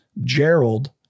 Gerald